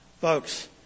Folks